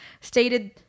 stated